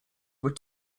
were